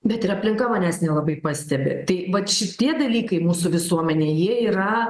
bet ir aplinka manęs nelabai pastebi tai vat šitie dalykai mūsų visuomenėj yra